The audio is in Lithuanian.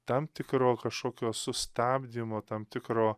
tam tikro kažkokio sustabdymo tam tikro